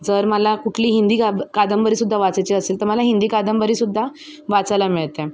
जर मला कुठली हिंदी का कादंबरीसुद्धा वाचायची असेल तर मला हिंदी कादंबरीसुद्धा वाचायला मिळते